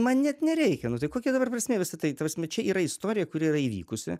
man net nereikia nu tai kokia dabar prasmė visa tai prasme čia yra istorija kuri yra įvykusi